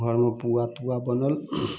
घरमे पुआ तुआ बनल